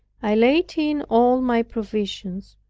i laid in all my provisions,